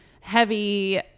heavy